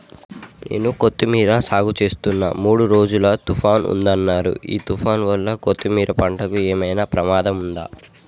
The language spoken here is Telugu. నేను కొత్తిమీర సాగుచేస్తున్న మూడు రోజులు తుఫాన్ ఉందన్నరు ఈ తుఫాన్ వల్ల కొత్తిమీర పంటకు ఏమైనా ప్రమాదం ఉందా?